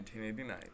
1989